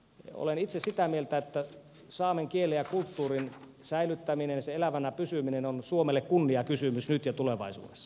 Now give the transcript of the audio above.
olen itse sitä mieltä että saamen kielen ja kulttuurin säilyttäminen sen elävänä pysyminen on suomelle kunniakysymys nyt ja tulevaisuudessa